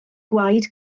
gwaed